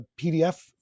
pdf